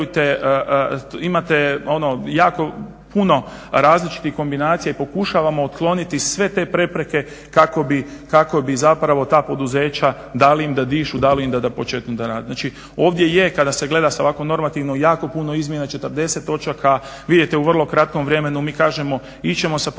imate ono jako puno različitih kombinacija i pokušavamo otkloniti sve te prepreke kako bi zapravo ta poduzeća dali im da dišu, dali im da počnu da rade. Znači ovdje je kada se gleda sa ovako normativno jako puno izmjena, 40 točaka vidite u vrlo kratkom vremenu, mi kažemo ići ćemo sa promjenom